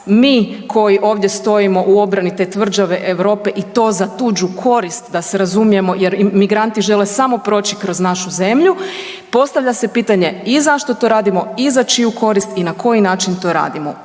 mi koji ovdje stojimo u obrani te tvrđave Europe i to za tuđu korist da se razumijemo jer migranti žele samo proći kroz našu zemlju. Postavlja se pitanje i zašto to radimo i za čiju korist i na koji način to radimo?